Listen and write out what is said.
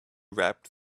wrapped